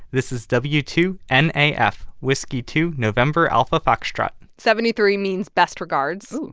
this is w two n a f whiskey, two, november, alpha, foxtrot seventy-three means best regards.